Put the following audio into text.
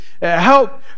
help